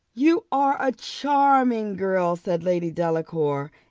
you are a charming girl, said lady delacour,